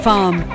Farm